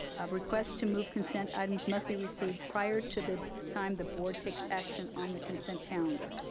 request to move consent items must be received prior to the time the board takes action on the consent calendar.